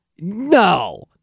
No